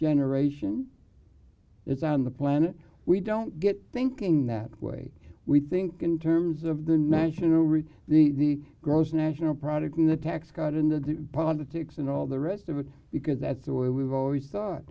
generation it's on the planet we don't get thinking that way we think in terms of the national review the gross national product and the tax code and of the politics and all the rest of it because that's the way we've always thought